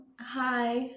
Hi